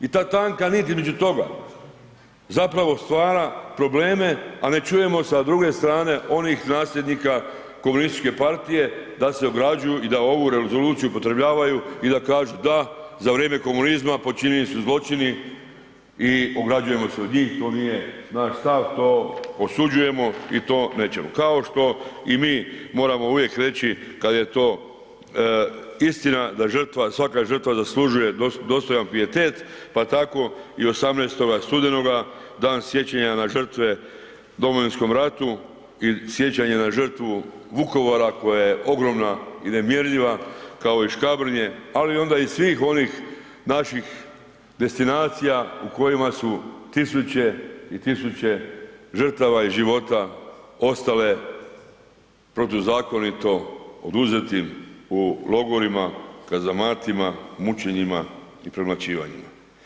I ta tanka nit između toga zapravo stvara probleme, a ne čujemo sa druge strane onih nasljednika Komunističke partije da se ograđuju i da ovu rezoluciju upotrebljavaju i da kažu, da za vrijeme komunizma počinjeni su zločini i ograđujemo se od njih, to nije naš stav, to osuđujemo i to nećemo kao što i mi moramo uvijek reći kada je to istina da svaka žrtva zaslužuje dostojan pijetet pa tako i 18. studenoga Dan sjećanja na žrtve u Domovinskom ratu i sjećanja na žrtvu Vukovara koja je ogromna i nemjerljiva kao i Škabrnje ali onda i svih onih naših destinacija u kojima su tisuće i tisuće žrtava i života ostale protuzakonito oduzetim u logorima, kazamatima, mučenjima i premlaćivanjima.